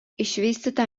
išvystyta